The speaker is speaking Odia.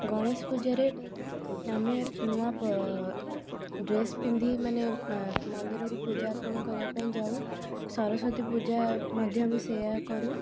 ଗଣେଶ ପୂଜାରେ ଆମେ ନୂଆ ପ ଡ୍ରେସ୍ ପିନ୍ଧି ମାନେ ମନ୍ଦିରକୁ ପୂଜାଅର୍ପଣ କରିବାପାଇଁ ଯାଉ ସରସ୍ୱତୀପୂଜା ମଧ୍ୟବି ସେୟାକରୁ